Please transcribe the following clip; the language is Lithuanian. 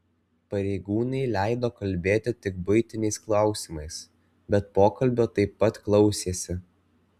pareigūnai leido kalbėti tik buitiniais klausimais bet pokalbio taip pat klausėsi